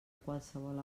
qualsevol